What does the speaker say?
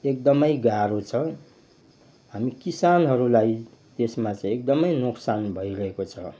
एकदमै गाह्रो छ हामी किसानहरूलाई त्यसमा चाहिँ एकदम नोक्सान भइरहेको छ